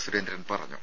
സുരേന്ദ്രൻ പറഞ്ഞു